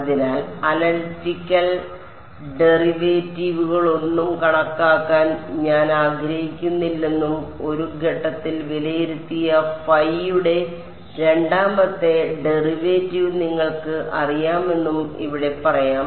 അതിനാൽ അനലിറ്റിക്കൽ ഡെറിവേറ്റീവുകളൊന്നും കണക്കാക്കാൻ ഞാൻ ആഗ്രഹിക്കുന്നില്ലെന്നും ഒരു ഘട്ടത്തിൽ വിലയിരുത്തിയ ഫൈയുടെ രണ്ടാമത്തെ ഡെറിവേറ്റീവ് നിങ്ങൾക്ക് അറിയാമെന്നും ഇവിടെ പറയാം